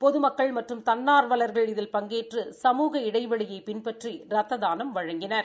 பொதுமக்கள் மற்றும் தன்னா்வலர்கள் இதில் பங்கேற்று சமூக இடைவெளியை பின்பற்றி ரத்த தானம் வழங்கினர்